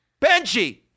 Benji